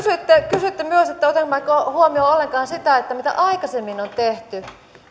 kysyitte myös otammeko huomioon ollenkaan sitä mitä aikaisemmin on tehty